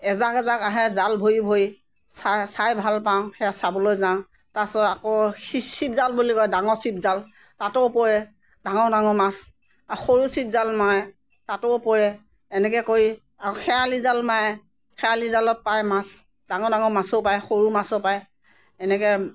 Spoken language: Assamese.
এজাক এজাক আহে জাল ভৰি ভৰি চাই চাই ভাল পাওঁ সেয়া চাবলৈ যাওঁ তাৰ পিছত আকৌ শিপ চিপ জাল বুলি কয় ডাঙৰ চিপ জাল তাতো পৰে ডাঙৰ ডাঙৰ মাছ আৰু সৰু চিপ জাল মাৰে তাতো পৰে এনেকৈ কৰি আৰু খেয়ালি জাল মাৰে খেয়ালি জালত পায় মাছ ডাঙৰ ডাঙৰ মাছো পায় সৰু মাছো পায় এনেকৈ